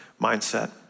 mindset